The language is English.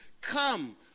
Come